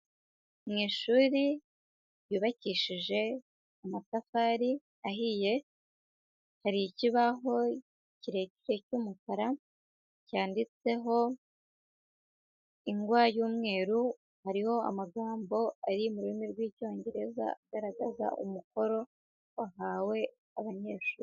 Mu ishuri ryubakishije amatafari ahiye, hari ikibaho kirekire cy'umukara cyanditseho ingwa y'umweru, hariho amagambo ari mu rurimi rw'Icyongereza agaragaza umukoro wahawe abanyeshuri.